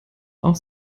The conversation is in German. auch